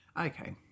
Okay